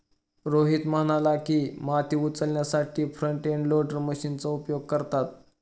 रोहित म्हणाला की, माती उचलण्यासाठी फ्रंट एंड लोडर मशीनचा उपयोग करतात